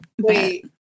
wait